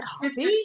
coffee